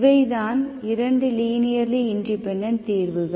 இவை தான் இரண்டு லீனியர்லி இண்டிபெண்டெண்ட் தீர்வுகள்